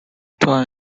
town